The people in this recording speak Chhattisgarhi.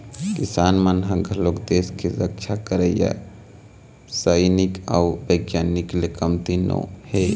किसान मन ह घलोक देस के रक्छा करइया सइनिक अउ बिग्यानिक ले कमती नो हे